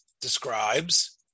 describes